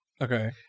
okay